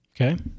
Okay